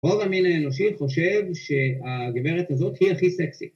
‫רוב המין האנושי חושב ‫שהגברת הזאת היא הכי סקסית.